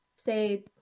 Say